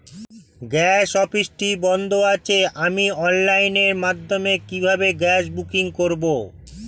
Gas অফিসটি বন্ধ আছে আমি অনলাইনের মাধ্যমে কিভাবে গ্যাস বুকিং করব?